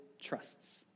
trusts